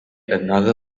another